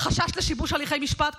חשש לשיבוש הליכי משפט?